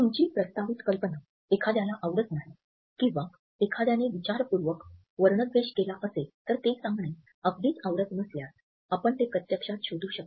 तुमची प्रस्तावित कल्पना एखाद्याला आवडत नाही किंवा एखाद्याने विचारपूर्वक वर्णद्वेष केला असेल तर ते सांगणे अगदीच आवडत नसल्यास आपण ते प्रत्यक्षात शोधू शकता